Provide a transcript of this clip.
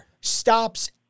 stops